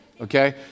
Okay